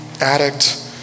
addict